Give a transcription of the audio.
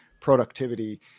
productivity